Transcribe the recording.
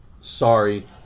sorry